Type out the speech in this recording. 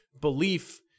belief